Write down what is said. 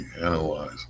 analyze